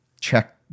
check